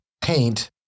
paint